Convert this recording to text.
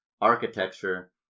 architecture